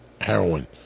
heroin